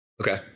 Okay